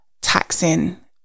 taxing